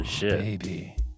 baby